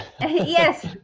Yes